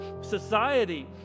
Society